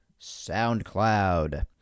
SoundCloud